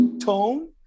tone